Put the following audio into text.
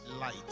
light